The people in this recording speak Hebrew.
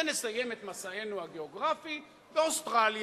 ונסיים את מסענו הגיאוגרפי באוסטרליה,